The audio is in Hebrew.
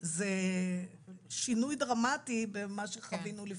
זה שינוי דרמטי במה שחווינו.